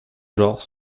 genre